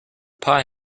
pie